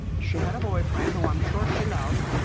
she had a boyfriend, whom i am sure she loved.